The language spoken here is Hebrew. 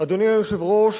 אדוני היושב-ראש,